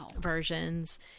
versions